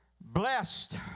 Blessed